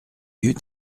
eut